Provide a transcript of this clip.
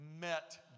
met